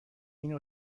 این